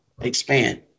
expand